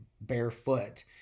barefoot